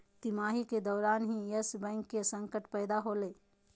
तिमाही के दौरान ही यस बैंक के संकट पैदा होलय